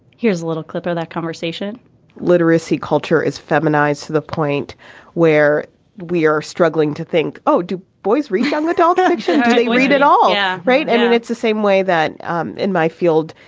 here's a little clip of that conversation literacy culture is feminized to the point where we are struggling to think, oh, do boys reach young adult fiction? they read it. all yeah right and and it's the same way that um in my field,